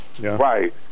Right